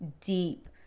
deep